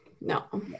No